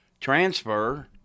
transfer –